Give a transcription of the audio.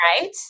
right